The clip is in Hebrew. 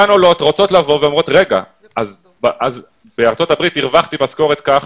הן רוצות לבוא אבל הן אומרות שבארצות הברית הן הרוויחו משכורת מסוימת,